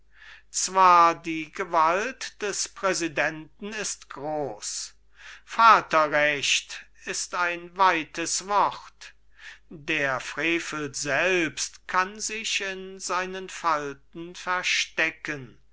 zwar die gewalt des präsident ist groß vaterrecht ist ein weites wort der frevel selbst kann sich in seinen falten verstecken